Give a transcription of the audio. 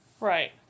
Right